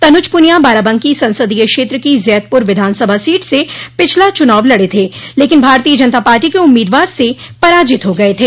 तनुज पुनिया बाराबंकी संसदीय क्षेत्र की जैदपुर विधान सभा सीट से पिछला चुनाव लड़े थे लेकिन भारतीय जनता पार्टी के उम्मीदवार से पराजित हो गये थे